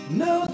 no